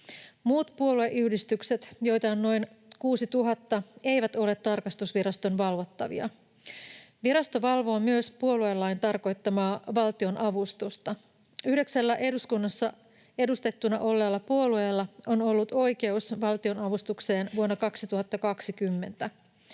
Muut puolueyhdistykset, joita on noin 6 000, eivät ole tarkastusviraston valvottavia. Virasto valvoo myös puoluelain tarkoittamaa valtionavustusta. Yhdeksällä eduskunnassa edustettuna olleella puolueella on ollut oikeus valtionavustukseen vuonna 2020.